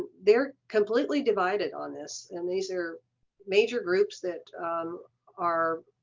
they're completely divided on this and these are major groups that are